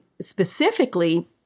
specifically